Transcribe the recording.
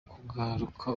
kugaruka